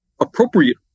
appropriate